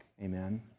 Amen